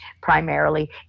primarily